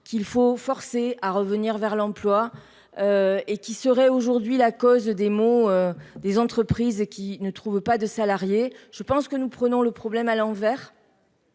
qu'il faut forcer à revenir vers l'emploi et qui seraient l'unique cause des maux des entreprises ne trouvant pas de salariés. Nous prenons le problème à l'envers.